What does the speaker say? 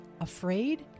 afraid